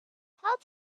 held